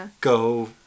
go